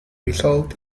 result